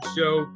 Show